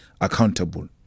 accountable